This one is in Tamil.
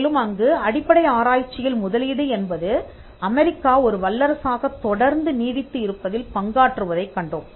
மேலும் அங்கு அடிப்படை ஆராய்ச்சியில் முதலீடு என்பது அமெரிக்கா ஒரு வல்லரசாகத் தொடர்ந்து நீடித்து இருப்பதில் பங்காற்றுவதைக் கண்டோம்